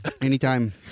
Anytime